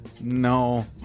No